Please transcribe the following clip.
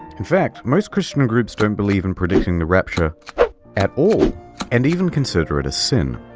in fact. most christian groups don't believe in predicting the rapture at all and even consider it a sin.